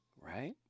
Right